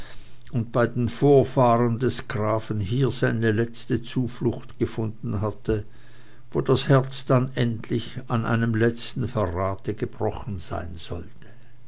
und bei den vorfahren des grafen hier seine letzte zuflucht gefunden hatte wo das herz dann endlich an einem letzten verrate gebrochen sein sollte